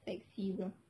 sexy bro